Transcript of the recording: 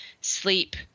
sleep